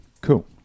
cool